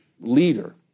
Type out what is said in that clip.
leader